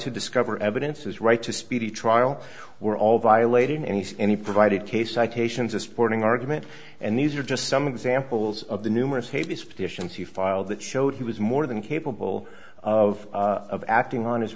to discover evidence his right to speedy trial were all violated any any provided case citations of sporting argument and these are just some examples of the numerous haley's petitions you filed that showed he was more than capable of of acting on his